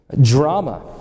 drama